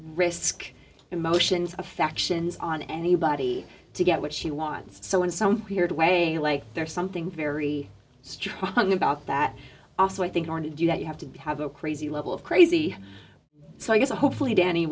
risk emotions affections on anybody to get what she wants so in some weird way like there's something very strong about that also i think morning you have to have a crazy level of crazy so i guess hopefully danny